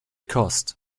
cost